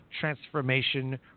Transformation